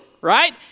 right